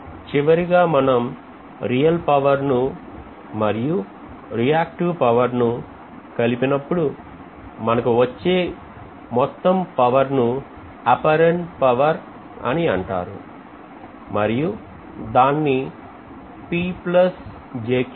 చివరిగా మనం real power ను మరియు రియాక్టివ్ పవర్ ను కలిసినప్పుడు మనకు వచ్చే మొత్తం పవర్ ను పవర్ అని అంటారు మరియు దాన్ని తో సూచిస్తాం